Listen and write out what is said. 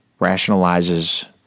rationalizes